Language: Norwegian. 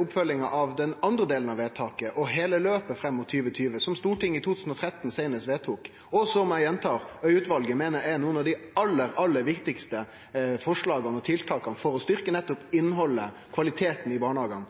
oppfølginga av den andre delen av vedtaket og heile løpet fram mot 2020, som Stortinget vedtok seinast i 2013, og som – eg gjentar – Øie-utvalet meiner er nokre av dei aller, aller viktigaste forslaga og tiltaka for å styrkje nettopp innhaldet og kvaliteten i barnehagane: